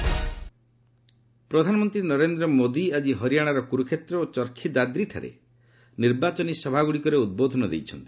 PM Haryana ପ୍ରଧାନମନ୍ତ୍ରୀ ନରେନ୍ଦ୍ର ମୋଦୀ ଆଜି ହରିଆଣାର କୁରୁକ୍ଷେତ୍ର ଓ ଚର୍ଖୀଦାଦ୍ରିଠାରେ ନିର୍ବାଚନୀ ସଭାଗୁଡ଼ିକରେ ଉଦ୍ବୋଧନ ଦେଇଛନ୍ତି